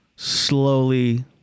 Slowly